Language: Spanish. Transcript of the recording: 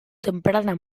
temprana